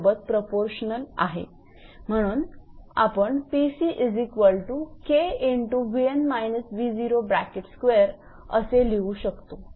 म्हणून आपण 𝑃𝑐𝐾𝑉𝑛−𝑉02असे लिहू शकतो